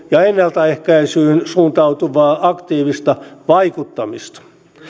ja ennaltaehkäisyyn suuntautuvaa aktiivista vaikuttamista